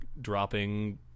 dropping